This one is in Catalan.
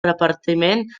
repartiment